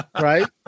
Right